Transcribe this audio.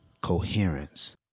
coherence